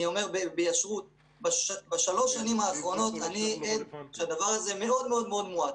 אני אומר ביושר: בשלוש השנים האחרונות אני עד לכך שהדבר הזה מאוד מואץ.